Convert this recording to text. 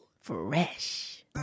Fresh